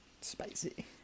Spicy